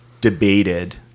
debated